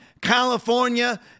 California